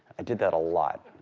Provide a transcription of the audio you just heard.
i did that a lot.